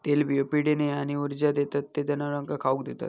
तेलबियो पिढीने आणि ऊर्जा देतत ते जनावरांका खाउक देतत